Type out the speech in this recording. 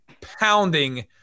pounding